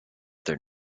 their